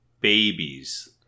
babies